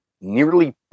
nearly